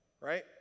Right